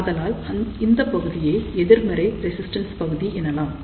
ஆதலால் இந்தப் பகுதியை எதிர்மறை ரெசிஸ்டன்ஸ் பகுதி என்னலாம்